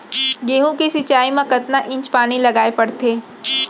गेहूँ के सिंचाई मा कतना इंच पानी लगाए पड़थे?